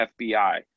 FBI